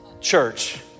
church